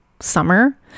summer